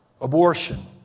Abortion